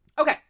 Okay